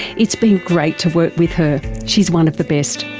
it's been great to work with her. she's one of the best.